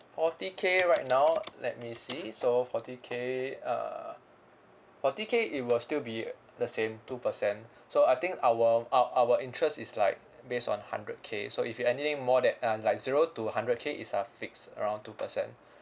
forty K right now let me see so forty K uh forty K it will still be the same two percent so I think our uh our interest is like based on hundred K so if you anything more than um like zero to hundred K is uh fixed around two percent